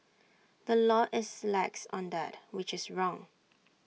the law is lax on that which is wrong